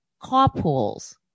Carpools